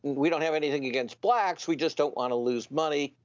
we don't have anything against blacks. we just don't want to lose money,